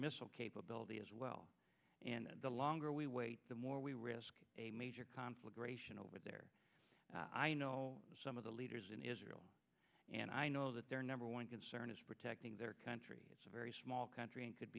missile capability as well and the longer we wait the more we risk a major conflagration over there i know some of the leaders in israel and i know that their number one concern is protecting their country it's a very small country and could